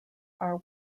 are